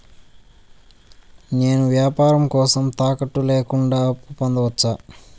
నేను వ్యాపారం కోసం తాకట్టు లేకుండా అప్పు పొందొచ్చా?